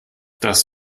das